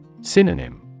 Synonym